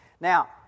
Now